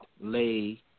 Lay